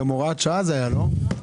סעיפים 42-44 הקצאת חשבוניות.